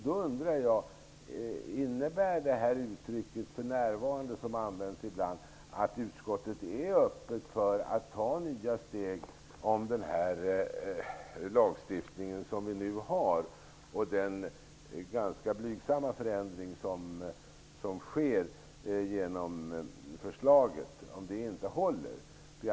Då undrar jag: Innebär uttrycket ''för närvarande'', som används ibland, att utskottet är öppet för att ta nya steg om den lagstiftning som vi nu har och den ganska blygsamma förändring som sker om förslaget inte håller?